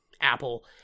Apple